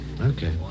Okay